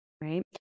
right